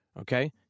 okay